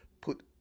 put